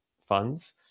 funds